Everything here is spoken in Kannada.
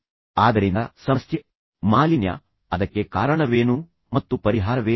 ಆದ್ದರಿಂದ ಸಮಸ್ಯೆ ಮಾಲಿನ್ಯ ಅದಕ್ಕೆ ಕಾರಣವೇನು ಮತ್ತು ಪರಿಹಾರವೇನು